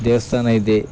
ದೇವಸ್ಥಾನ ಇದೆ